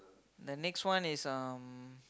the next one is um